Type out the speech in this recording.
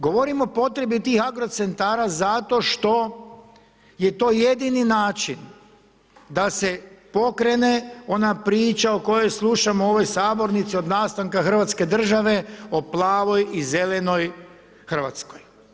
Govorim o potrebi tih agrocentara zato što je to jedini način da se pokrene ona priča o kojoj slušamo u ovoj sabornici od nastanka hrvatske države o plavoj i zelenoj Hrvatskoj.